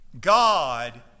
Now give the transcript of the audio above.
God